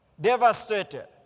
devastated